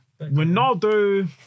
Ronaldo